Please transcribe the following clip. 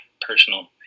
personal